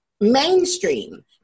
mainstream